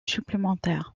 supplémentaire